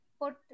put